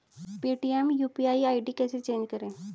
Paytm UPI ID कैसे change करें?